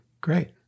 great